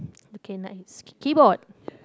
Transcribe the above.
okay nice keyboard